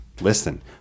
Listen